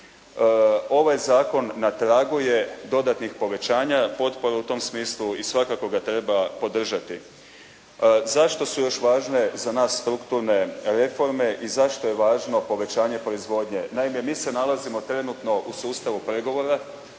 Ovaj zakon na tragu je dodatnih povećanja potpora u tom smislu i svakako ga treba podržati. Zašto su još važne za nas strukturne reforme i zašto je važno povećanje proizvodnje? Naime, mi se nalazimo trenutno u sustavu pregovora